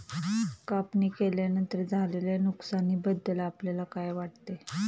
कापणी केल्यानंतर झालेल्या नुकसानीबद्दल आपल्याला काय वाटते?